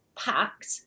packed